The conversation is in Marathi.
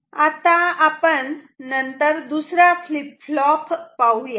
आता आपण नंतर दुसरा फ्लीप फ्लॉप पाहूयात